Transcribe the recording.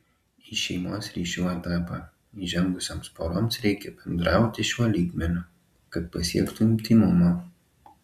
į šeimos ryšių etapą įžengusioms poroms reikia bendrauti šiuo lygmeniu kad pasiektų intymumą